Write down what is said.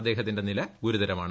അദ്ദേഹത്തിന്റെ നില ഗുരുതരമാണ്